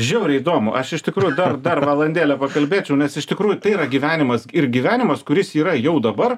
žiauriai įdomu aš iš tikrųjų dar dar valandėlę pakalbėčiau nes iš tikrųjų tai yra gyvenimas ir gyvenimas kuris yra jau dabar